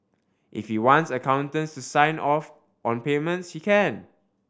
if he wants accountants to sign off on payments he can